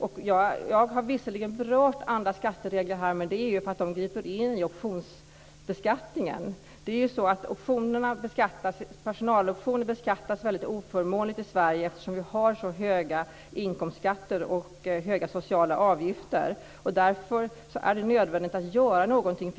Jag har visserligen berört andra skatteregler, men det är ju för att de griper in i optionsbeskattningen. Personaloptioner beskattas ju väldigt oförmånligt i Sverige eftersom vi har så höga inkomstskatter och höga sociala avgifter. Därför är det nödvändigt att göra något.